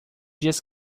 dias